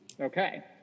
Okay